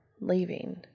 leaving